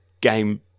game-